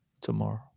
Tomorrow